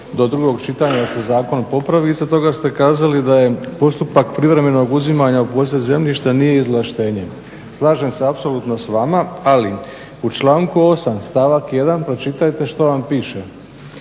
do drugog čitanja da se zakon popravi. Isto tako ste kazali da je postupak privremenog uzimanja u posjed zemljišta nije izvlaštenje. Slažem se apsolutno s vama, ali u članku 8. stavak 1. pročitajte što vam piše.